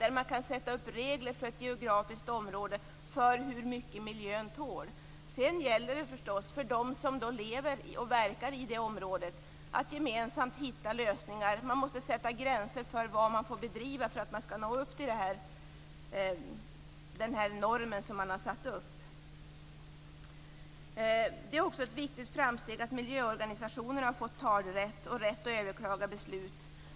Regler kan sättas upp för ett geografiskt område för hur mycket miljön tål. Sedan gäller det att de som lever och verkar inom det området att gemensamt hitta lösningar. Det måste sättas gränser för vilka verksamheter som får bedrivas för att nå upp till normen. Det är också ett viktigt framsteg att miljöorganisationer får rätt att överklaga beslut.